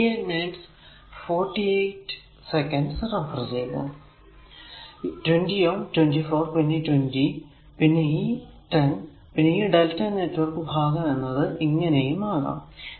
20 Ω 24 20 പിന്ന്നെ 10 ഈ lrmΔ network ഭാഗം എന്നത് എന്നിങ്ങനെ ആകാം